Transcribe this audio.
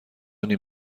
نیم